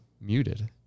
muted